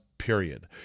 Period